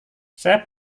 saya